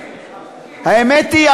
האמת היא,